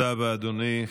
תודה רבה, אדוני.